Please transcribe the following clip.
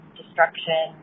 destruction